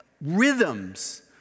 rhythms